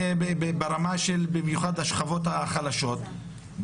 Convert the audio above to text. במיוחד בקרב השכבות החלשות.